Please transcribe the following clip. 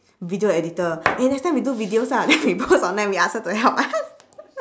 video editor eh next time we do videos ah then we post online we ask her to help us